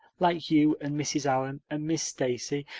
like you and mrs. allan and miss stacy,